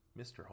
Mr